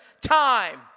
time